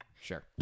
Sure